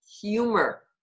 humor